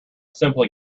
simply